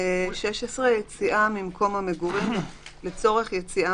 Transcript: "(16) יציאה ממקום המגורים לצורך יציאה